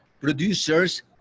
producers